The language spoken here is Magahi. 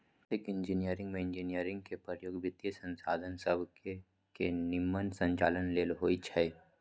आर्थिक इंजीनियरिंग में इंजीनियरिंग के प्रयोग वित्तीयसंसाधन सभके के निम्मन संचालन लेल होइ छै